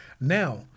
Now